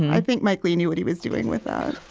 i think mike leigh knew what he was doing with that